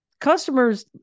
customers